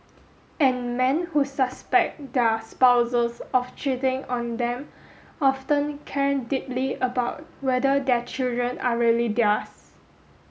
and men who suspect their spouses of cheating on them often care deeply about whether their children are really theirs